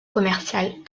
commerciale